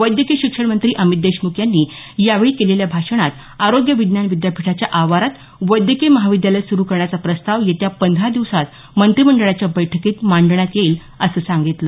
वैद्यकीय शिक्षण मंत्री अमित देशमुख यांनी यावेळी केलेल्या भाषणात आरोग्य विज्ञान विद्यापीठाच्या आवारात वैद्यकीय महाविद्यालय सुरु करण्याचा प्रस्ताव येत्या पंधरा दिवसात मंत्रिमंडळाच्या बैठकीत मांडण्यात येईल असं सांगितलं